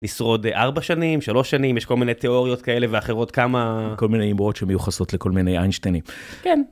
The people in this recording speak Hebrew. ישרוד ארבע שנים, שלוש שנים, יש כל מיני תיאוריות כאלה ואחרות כמה כל מיני אמורות שמיוחסות לכל מיני איינשטיינים.